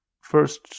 First